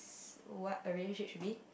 what a relationship should be